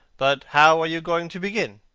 but how are you going to begin?